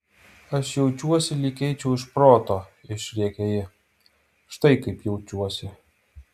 aš jaučiuosi lyg eičiau iš proto išrėkė ji štai kaip jaučiuosi